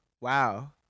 Wow